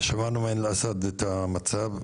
שמענו מעין אל-אסד את המצב,